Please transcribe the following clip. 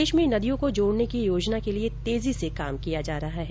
देश में नदियों को जोडने की योजना के लिये तेजी से काम किया जा रहा है